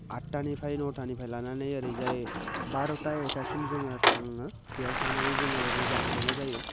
आठथानिफ्राय न'थानिफ्राय लानानै ओरैजाय बार'था एथासिम जोङो थाङो बियाव थांनानै जोङो रोजाबहैनांगौ जायो